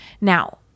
Now